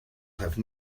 have